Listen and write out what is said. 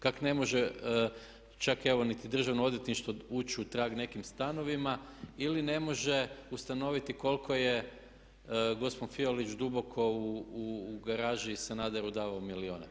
Kak' ne može čak evo niti Državno odvjetništvo ući u trag nekim stanovima ili ne može ustanoviti koliko je gospon Fiolić duboko u garaži Sanaderu davao milijune.